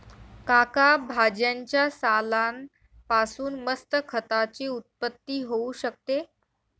काका भाज्यांच्या सालान पासून मस्त खताची उत्पत्ती होऊ शकते